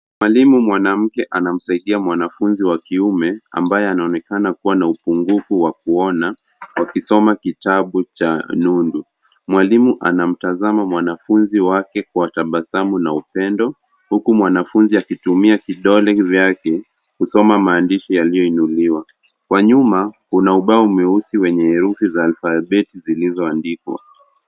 Mwalimu mwanamke anamsaidia mwanafunzi wa kiume ambaye anaonekana kuwa na upungufu wa kuona wakisoma kitabu cha nundu. Mwalimu anamtazama mwanafunzi wake kwa tabasamu na upendo huku mwanafunzi akitumia vidole vyake kusoma maandishi yaliyoinuliwa. Kwa nyuma kuna ubao mweusi wenye herufi za alfabeti zilizoandikwa.